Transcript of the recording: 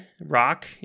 rock